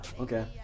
okay